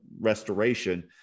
restoration